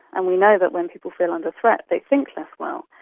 and we know that when people feel under threat they think less well.